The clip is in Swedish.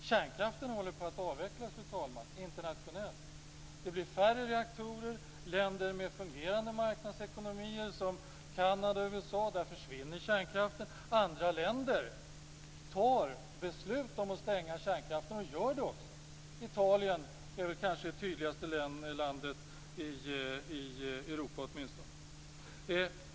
Kärnkraften håller på att avvecklas internationellt. Det blir färre reaktorer. I länder med fungerande marknadsekonomier - som i Kanada och USA - försvinner kärnkraften. Andra länder fattar beslut om att stänga kärnkraftverk och genomför också dessa beslut. Det gäller framför allt Italien.